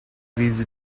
these